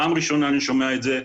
פעם ראשונה אני שומע את זה.